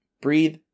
breathe